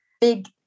big